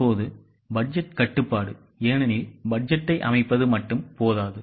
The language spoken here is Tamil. இப்போது பட்ஜெட் கட்டுப்பாடு ஏனெனில் பட்ஜெட்டை அமைப்பது மட்டும் போதாது